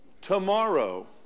tomorrow